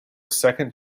second